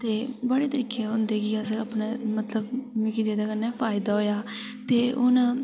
ते बड़े तरीके होंदे की तुस अपने मतलब मिगी जेह्दे कन्नै फायदा होया ते हू'न